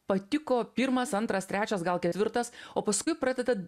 patiko pirmas antras trečias gal ketvirtas o paskui pradeda